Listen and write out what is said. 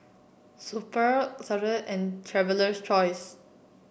Super and Traveler's Choice